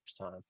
time